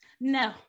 no